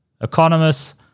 economists